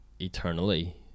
eternally